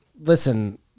listen